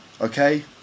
Okay